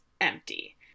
empty